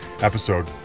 episode